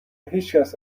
هیچکس